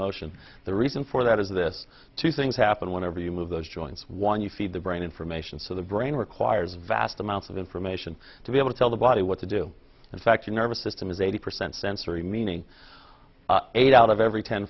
motion the reason for that is this two things happen whenever you move those joints one you feed the brain information so the brain requires vast amounts of information to be able to tell the body what to do in fact in nervous system is eighty percent sensory meaning eight out of every ten